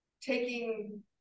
taking